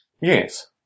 Yes